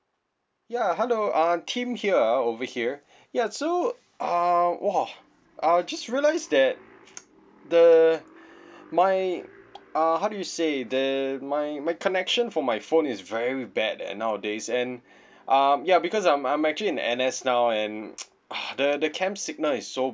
ya hello err tim here ah over here ya so err !wah! uh just realise that the my uh how do you say the my my connection for my phone is very bad eh nowadays and um ya because I'm I'm actually in N_S now and uh the the camp signal is so